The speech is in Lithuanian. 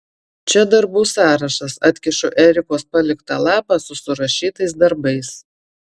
čia darbų sąrašas atkišu erikos paliktą lapą su surašytais darbais